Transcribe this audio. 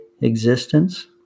existence